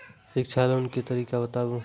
शिक्षा लोन के तरीका बताबू?